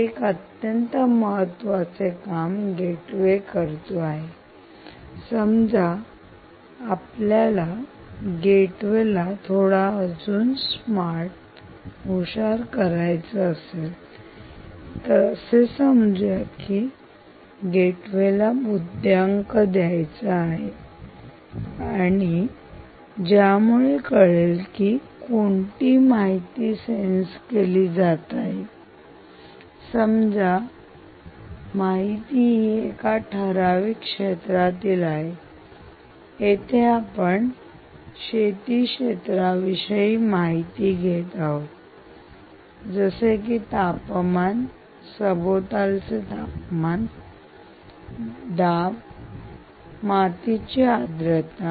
हे एक अत्यंत महत्वाचे काम गेटवे करतो आहे समजा आपल्याला गेटवेला थोडा अजून स्मार्टर हुशार करायचे आहे किंवा असं समजू या की गेटवेला बुद्ध्यांक द्यायचा आहे ज्यामुळे कळेल की कोणती माहिती सेन्स केली जात आहे समजा माहिती ही एका ठराविक क्षेत्रातली आहे इथे आपण शेतीक्षेत्राविषयी माहिती घेत आहोत जसे की तापमान सभोवतालचे तापमान दाब मातीची आद्रता